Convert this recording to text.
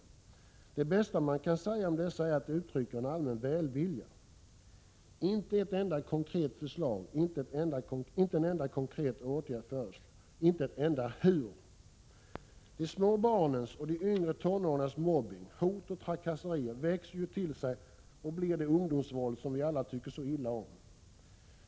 Det bästa man kan säga om dessa är att de uttrycker en allmän välvilja. Där finns inte ett enda konkret förslag — inte en enda konkret åtgärd föreslås. Där finns inte ett enda ”hur”. De små barnens och de yngre tonåringarnas mobbning, hot och trakasserier växer ju till sig och blir det ungdomsvåld som vi alla tycker så illa om.